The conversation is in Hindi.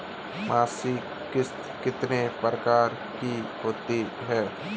मासिक किश्त कितने प्रकार की होती है?